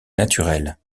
naturel